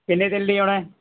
ਕਿੰਨੇ ਦਿਨ ਲਈ ਆਉਣਾ ਹੈ